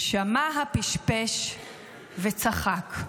שמע הפשפש וצחק.